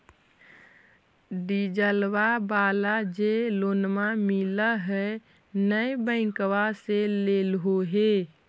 डिजलवा वाला जे लोनवा मिल है नै बैंकवा से लेलहो हे?